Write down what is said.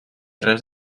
res